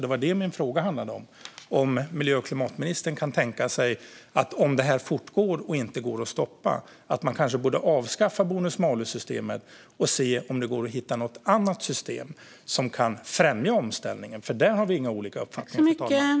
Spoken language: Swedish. Det var det min fråga handlade om: ifall miljö och klimatministern kan tänka sig, om detta fortgår och inte går att stoppa, att kanske avskaffa bonus-malus-systemet och se om det går att hitta något annat system som kan främja omställningen. Där har vi nämligen inga olika uppfattningar, fru talman.